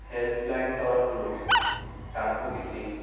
helpline ତରଫରୁ ତାଙ୍କୁ କିଛି